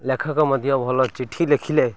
ଲେଖକ ମଧ୍ୟ ଭଲ ଚିଠି ଲେଖିଲେ